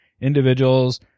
individuals